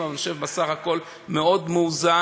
אבל אני חושב שבסך הכול מאוד מאוזן.